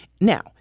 now